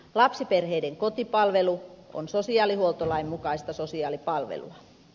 lapsiperheiden kotipalvelu on sosiaalihuoltolain mukaista sosiaalipalvelua